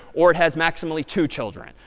or it has maximally two children.